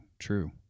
true